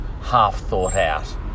half-thought-out